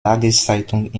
tageszeitung